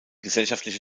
gesellschaftliche